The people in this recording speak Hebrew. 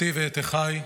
אותי ואת אחיי,